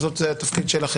בכל זאת זה התפקיד שלכם.